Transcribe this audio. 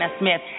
Smith